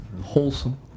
wholesome